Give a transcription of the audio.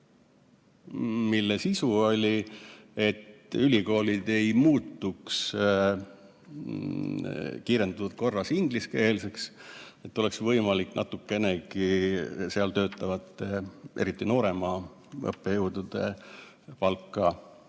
mille sisu oli, et ülikoolid ei muutuks kiirendatud korras ingliskeelseks, et oleks natukenegi võimalik seal töötavate, eriti nooremate õppejõudude palka